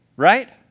Right